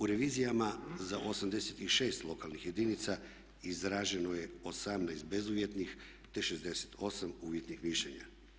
U revizijama za 86 lokalnih jedinica izraženo je 18 bezuvjetnih te 68 uvjetnih mišljenja.